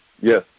Yes